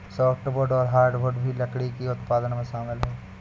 softwood और hardwood भी लकड़ी के उत्पादन में शामिल है